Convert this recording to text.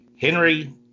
Henry